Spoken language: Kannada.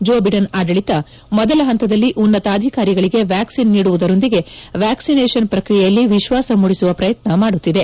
ಜೋ ಬಿಡೆನ್ ಆಡಳಿತ ಮೊದಲ ಹಂತದಲ್ಲಿ ಉನ್ನತಾಧಿಕಾರಿಗಳಿಗೆ ವ್ಯಾಕ್ಟಿನ್ ನೀಡುವುದರೊಂದಿಗೆ ವ್ಯಾಕ್ಸಿನೇಷನ್ ಪ್ರಕ್ರಿಯೆಯಲ್ಲಿ ವಿಶ್ವಾಸ ಮೂಡಿಸುವ ಪ್ರಯತ್ನ ಮಾಡುತ್ತಿದೆ